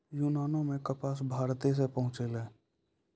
यूनानो मे कपास भारते से पहुँचलै